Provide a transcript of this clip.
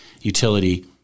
utility